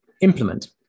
implement